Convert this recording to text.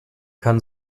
kann